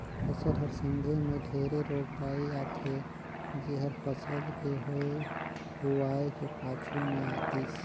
फसल हर संघे मे ढेरे रोग राई आथे जेहर फसल के होए हुवाए के पाछू मे आतिस